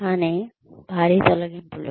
కానీ భారీ తొలగింపులు